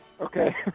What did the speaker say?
Okay